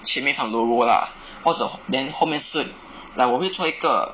前面放很多 roll lah 或者 then 后面是 like 我会做一个